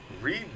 read